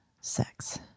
sex